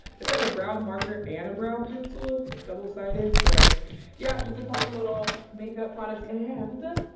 it's like a brow marker and a brow pencil double-sided so yeah, just a couple of little makeup products. and